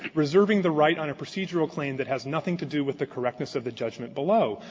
reserving the right on a procedural claim that has nothing to do with the correctness of the judgment below.